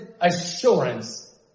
assurance